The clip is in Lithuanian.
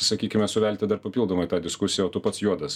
sakykime suvelti dar papildomai tą diskusiją o tu pats juodas